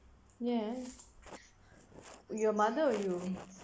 ya your mother